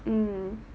mm